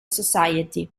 society